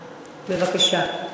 בבקשה.